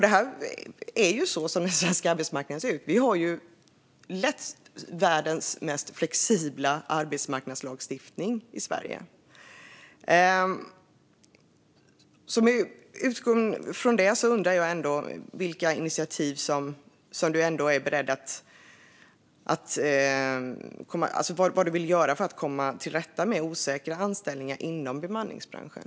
Det är ju så den svenska arbetsmarknaden ser ut. Vi har lätt världens mest flexibla arbetsmarknadslagstiftning i Sverige. Med utgångspunkt i det undrar jag vad du vill göra för att komma till rätta med osäkra anställningar inom bemanningsbranschen.